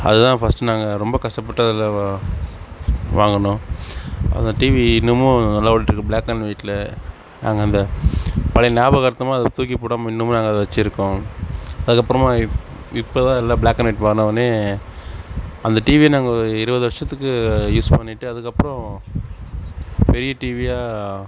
அது தான் ஃபஸ்ட்டு நாங்கள் ரொம்ப கஷ்டப்பட்டு அதில் வாங்கினோம் அந்த டிவி இன்னமும் நல்லா ஓடிட்டிருக்கு பிளாக் அண்ட் ஒயிட்டில் நாங்கள் அந்த பழைய ஞாபகார்த்தமாக அதை தூக்கி போடாமல் இன்னமும் நாங்கள் அதை வெச்சிருக்கோம் அதுக்கப்புறமா இப் இப்போ தான் எல்லாம் பிளாக் அண்ட் ஒயிட் மாறுனவொடனே அந்த டிவியை நாங்கள் ஒரு இருபது வருஷத்துக்கு யூஸ் பண்ணிட்டு அதுக்கப்றம் பெரிய டிவியாக